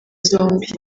zombi